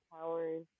powers